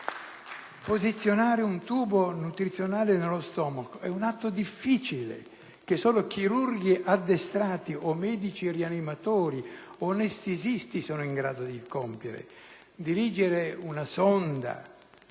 Posizionare un tubo nutrizionale nello stomaco è un atto difficile che solo chirurghi addestrati o medici rianimatori o anestesisti sono in grado di compiere. Dirigere una sonda